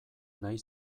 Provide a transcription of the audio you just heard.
nahi